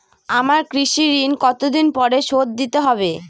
আমার কৃষিঋণ কতদিন পরে শোধ দিতে হবে?